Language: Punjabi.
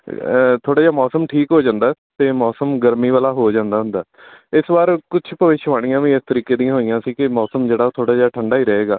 ਥੋੜ੍ਹਾ ਜਿਹਾ ਮੌਸਮ ਠੀਕ ਹੋ ਜਾਂਦਾ ਅਤੇ ਮੌਸਮ ਗਰਮੀ ਵਾਲਾ ਹੋ ਜਾਂਦਾ ਹੁੰਦਾ ਇਸ ਵਾਰ ਕੁਛ ਭਵਿੱਖਵਾਣੀਆਂ ਵੀ ਇਸ ਤਰੀਕੇ ਦੀਆਂ ਹੋਈਆਂ ਸੀ ਕਿ ਮੌਸਮ ਜਿਹੜਾ ਥੋੜ੍ਹਾ ਜਿਹਾ ਠੰਡਾ ਹੀ ਰਹੇਗਾ